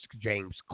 James